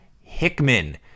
Hickman